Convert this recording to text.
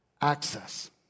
Access